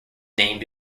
name